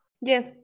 Yes